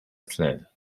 sled